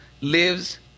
lives